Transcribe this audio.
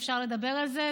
אפשר לדבר על זה,